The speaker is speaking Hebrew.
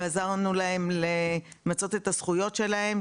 ועזרנו להם למצות את הזכויות שלהם,